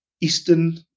Eastern